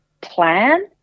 plan